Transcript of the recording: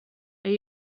are